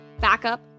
backup